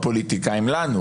הפוליטיקאים להיות